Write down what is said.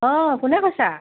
অঁ কোনে কৈছা